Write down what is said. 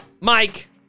Mike